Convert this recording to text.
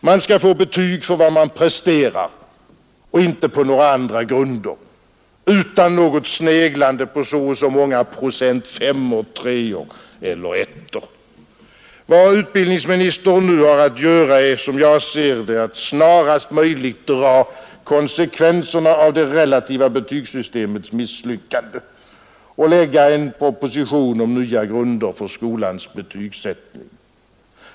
Man skall få betyg för vad man presterar och inte på några andra grunder, utan något sneglande på så och så många procent femmor, treor eller ettor. Vad utbildningsministern nu har att göra är, som jag ser det, att snarast möjligt dra konsekvenserna av det relativa betygssystemets misslyckande och lägga en proposition om nya grunder för skolans betygssättning.